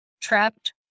Trapped